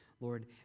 Lord